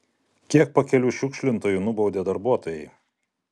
kiek pakelių šiukšlintojų nubaudė darbuotojai